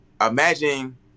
Imagine